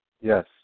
Yes